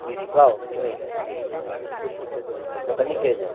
লুচি খাও তুমি ওর দোকানেই খেয়ে যাও